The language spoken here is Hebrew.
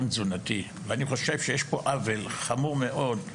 התזונתי ואני חושב שיש פה עוול חמור מאוד,